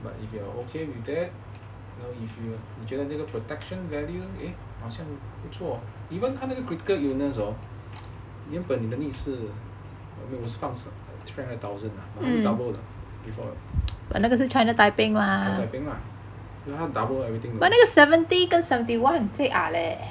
but if you are okay with that if you 觉得这个 protection value 好像不错 even 那个 critical illness hor 原本你的 needs 是 three hundred thousand lah but 他没有 double lah by default